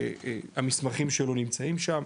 המסמכים שלו נמצאים שם,